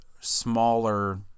smaller